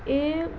ਇਹ